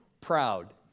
proud